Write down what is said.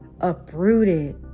uprooted